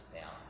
now